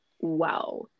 wow